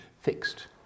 fixed